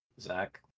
Zach